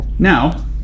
Now